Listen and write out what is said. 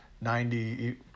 ninety